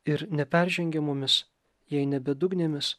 ir neperžengiamomis jei ne bedugnėmis